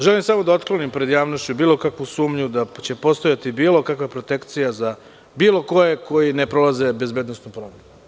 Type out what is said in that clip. Želim samo da otklonim pred javnošću bilo kakvu sumnju da će postojati bilo kakva protekcija za bilo koje koji ne prolaze bezbednosnu proveru.